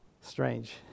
strange